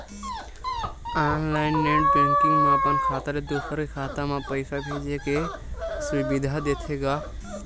online net banking म अपन खाता ले दूसर के खाता म पइसा भेजे के सुबिधा देथे गा